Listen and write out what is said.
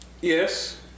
Yes